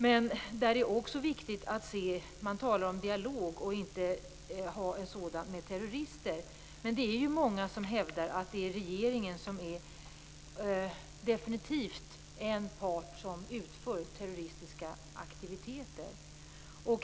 Man talar om att man inte skall ha en dialog med terrorister, men det är ju många som hävdar att det är regeringen som definitivt är en part som utför terroristiska aktiviteter.